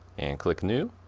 and click new.